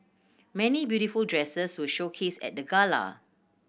many beautiful dresses were showcased at the gala